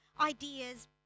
ideas